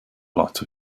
lot